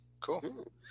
Cool